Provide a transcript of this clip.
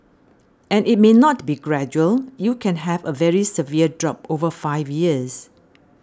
and it may not be gradual you can have a very severe drop over five years